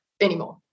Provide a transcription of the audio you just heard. anymore